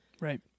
Right